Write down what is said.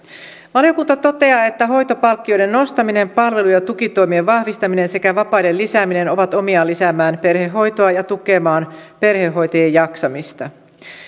valiokunta toteaa että hoitopalkkioiden nostaminen palvelu ja tukitoimien vahvistaminen sekä vapaiden lisääminen ovat omiaan lisäämään perhehoitoa ja tukemaan perhehoitajien jaksamista